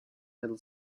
middle